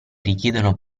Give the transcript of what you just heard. richiedono